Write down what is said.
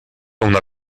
una